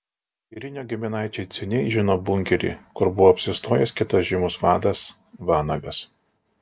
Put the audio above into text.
girinio giminaičiai ciuniai žino bunkerį kur buvo apsistojęs kitas žymus vadas vanagas